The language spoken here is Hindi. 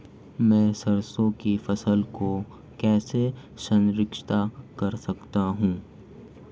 मैं सरसों की फसल को कैसे संरक्षित कर सकता हूँ?